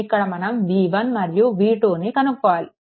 ఇక్కడ మనం V1 మరియు V2ను కనుక్కోవాలి